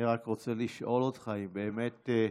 רק רוצה לשאול אותך אם באמת,